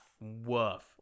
Woof